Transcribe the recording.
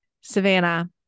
savannah